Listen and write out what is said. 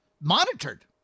Monitored